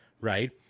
right